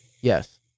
Yes